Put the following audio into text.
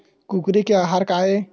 कुकरी के आहार काय?